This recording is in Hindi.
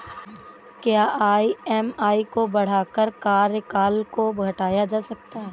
क्या ई.एम.आई को बढ़ाकर कार्यकाल को घटाया जा सकता है?